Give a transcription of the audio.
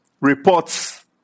reports